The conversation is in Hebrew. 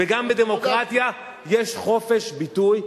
גם בדמוקרטיה יש חופש ביטוי,